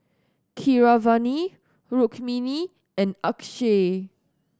Keeravani Rukmini and Akshay